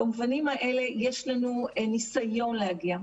במובנים האלה יש לנו ניסיון להגיע.